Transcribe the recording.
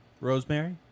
Rosemary